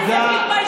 נכשלתם.